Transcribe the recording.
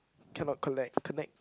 cannot collect connect